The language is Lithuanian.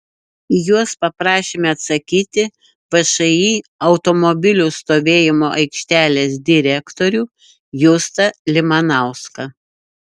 į juos paprašėme atsakyti všį automobilių stovėjimo aikštelės direktorių justą limanauską